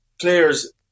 players